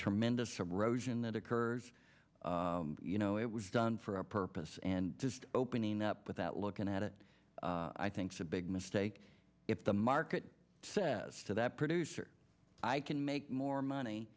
tremendous erosion that occurs you know it was done for a purpose and just opening up without looking at it i think it's a big mistake if the market says to that producer i can make more money